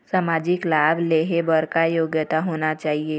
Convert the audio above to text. सामाजिक लाभ लेहे बर का योग्यता होना चाही?